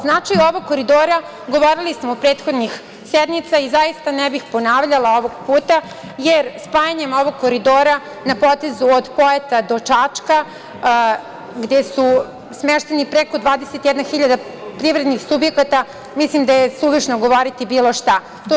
Značaj ovog Koridora govorili smo u prethodnih sednica i zaista ne bih ponavljala ovog puta, jer spajanjem ovog Koridora na potezu od Pojata do Čačka, gde su smešteni preko 21 hiljada privrednih subjekata, mislim da je suvišno govoriti bilo šta.